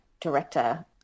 director